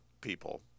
people